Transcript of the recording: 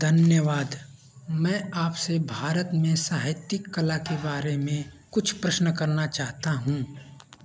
धन्यवाद मैं आपसे भारत में साहित्यिक कला के बारे में कुछ प्रश्न करना चाहता हूँ